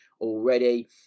already